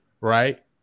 right